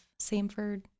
Samford